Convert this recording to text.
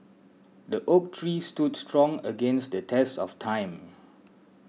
the oak tree stood strong against the test of time